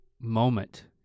moment